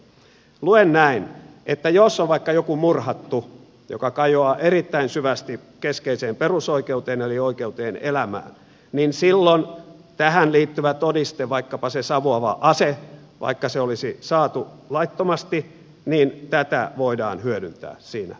luen näin että jos on vaikka joku murhattu mikä kajoaa erittäin syvästi keskeiseen perusoikeuteen eli oikeuteen elämään niin silloin tähän liittyvää todistetta vaikkapa sitä savuavaa asetta vaikka se olisi saatu laittomasti voidaan hyödyntää siinä todistelussa